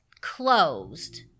closed